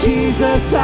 Jesus